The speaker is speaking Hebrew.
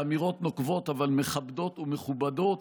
באמירות נוקבות אבל מכבדות ומכובדות,